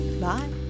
Bye